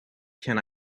can